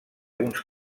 uns